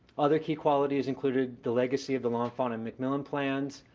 other key qualities included the legacy of the l'enfant and mcmillan plans.